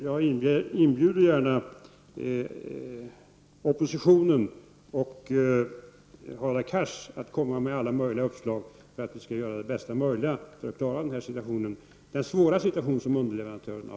Jag inbjuder gärna Hadar Cars och den övriga oppositionen att komma med alla möjliga uppslag för att vi skall kunna göra det bästa möjliga för att klara den svåra situationen framöver för underleverantörerna.